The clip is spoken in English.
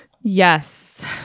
Yes